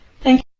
Thank